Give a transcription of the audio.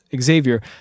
Xavier